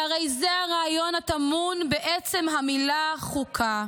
והרי זה הרעיון הטמון בעצם המילה חוקה.